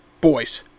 Boys